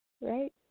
right